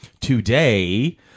Today